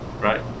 right